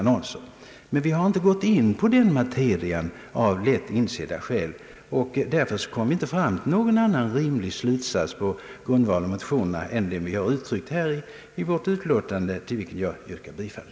Utskottet har emellertid inte tagit upp den materian till behandling och har därför inte kommit till någon annan rimlig slutsats än den som uttryckts i utlåtandet, till vilket jag yrkar bifall.